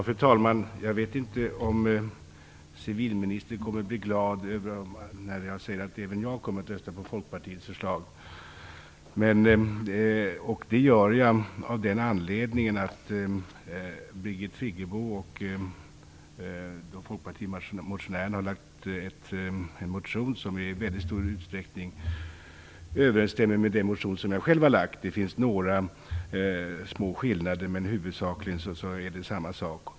Fru talman! Jag vet inte om civilministern kommer att bli glad när jag säger att även jag kommer att rösta på Folkpartiets förslag. Det gör jag av den anledningen att Birgit Friggebo och de andra folkpartimotionärerna har väckt en motion som i mycket stor utsträckning överensstämmer med den motion som jag själv har väckt. Det finns några små skillnader, men huvudsakligen innehåller de samma sak.